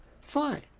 fine